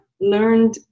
learned